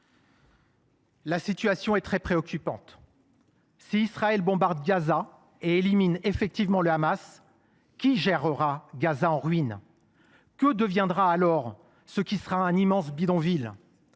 La situation est très préoccupante. Si Israël bombarde Gaza et élimine le Hamas, qui gérera Gaza en ruines ? Que deviendra alors ce qui ne sera plus qu’un immense bidonville ?